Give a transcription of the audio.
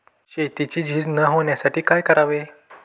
शेतीची झीज न होण्यासाठी काय करावे?